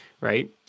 Right